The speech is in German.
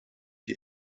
die